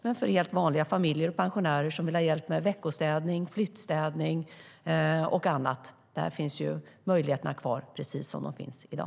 Men för helt vanliga familjer och pensionärer som vill ha hjälp med veckostädning, flyttstädning och annat finns möjligheterna kvar, precis som de finns i dag.